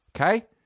Okay